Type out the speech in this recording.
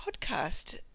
podcast